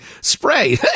spray